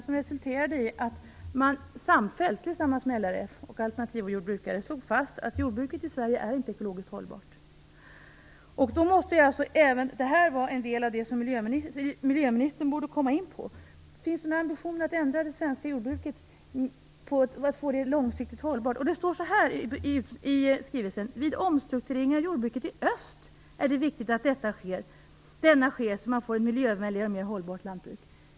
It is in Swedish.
Den resulterade i att man samfällt, tillsammans med LRF och Alternativa Jordbrukare, slog fast att jordbruket i Sverige inte är ekologiskt hållbart. Även detta måste vara en del av det som miljöministern borde komma in på. Finns det någon ambition att ändra det svenska jordbruket så att det blir långsiktigt hållbart? I skrivelsen står det att vid omstrukturering av jordbruket i öst är det viktigt att denna sker så att man får ett miljövänligare och mer hållbart lantbruk.